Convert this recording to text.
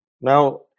Now